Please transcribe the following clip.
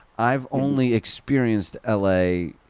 i've only experienced l a.